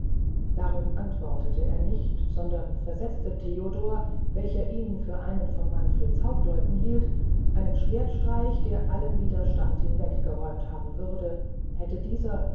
darum antwortete er nicht sondern versetzte dem theodor welcher ihn für einen von manfreds hauptleuten hielt einen schwerdstreich der allen widerstand hinweg geräumt haben würde hätte dieser